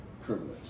privilege